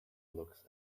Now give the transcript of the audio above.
looks